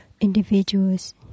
individuals